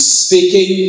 speaking